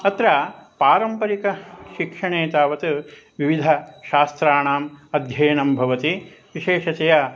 अत्र पारम्परिकशिक्षणे तावत् विविधशास्त्राणाम् अध्ययनं भवति विशेषतया